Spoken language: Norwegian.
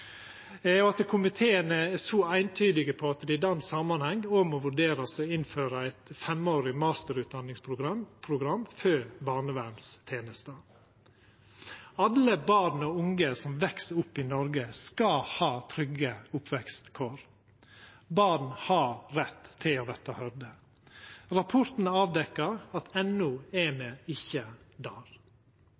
og at komiteen er så eintydige om at det i den samanhengen må vurderast å innføra eit femårig masterutdanningsprogram for barnevernstenester. Alle barn og unge som veks opp i Noreg, skal ha trygge oppvekstkår. Barn har rett til å verta høyrde. Rapporten avdekte at enno er me ikkje